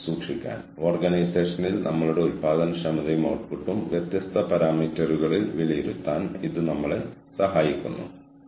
വീണ്ടും ഓർഗനൈസേഷണൽ ഇഫക്റ്റുകൾ മനുഷ്യവിഭവങ്ങളുമായുള്ള നീണ്ടുനിൽക്കുന്ന വിതരണം ദീർഘകാല പ്രവർത്തനക്ഷമത പ്രശ്നം പരിഹരിക്കാനുള്ള കഴിവ് ആരോഗ്യകരമായ തൊഴിൽ ശക്തി എന്നിവയാണ്